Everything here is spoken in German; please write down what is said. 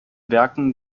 werken